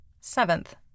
Seventh